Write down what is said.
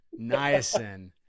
Niacin